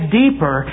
deeper